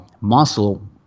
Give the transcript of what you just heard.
muscle